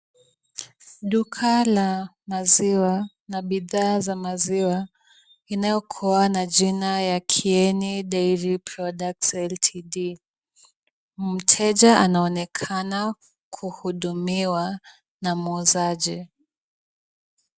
Duka la maziwa na bidhaa za maziwa inayokuwa na jina ya Kieni Dairy Products Ltd. Mteja anaonekana kuhudumiwa na muuzaji.